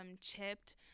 chipped